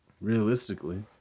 Realistically